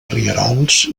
rierols